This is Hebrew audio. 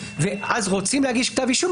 ואז רוצים להגיש כתב אישום,